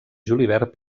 julivert